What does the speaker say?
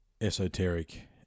esoteric